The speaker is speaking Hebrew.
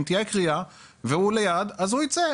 אם תהיה קריאה והוא ליד אז הוא ייצא,